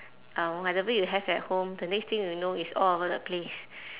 um whatever you have at home the next thing you know it's all over the place